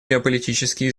геополитические